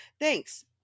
thanks